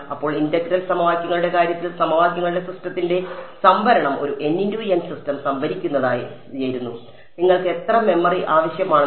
അപ്പോൾ ഇന്റഗ്രൽ സമവാക്യങ്ങളുടെ കാര്യത്തിൽ സമവാക്യങ്ങളുടെ സിസ്റ്റത്തിന്റെ സംഭരണം ഒരു സിസ്റ്റം സംഭരിക്കുന്നതായിരുന്നു നിങ്ങൾക്ക് എത്ര മെമ്മറി ആവശ്യമാണ്